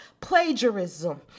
plagiarism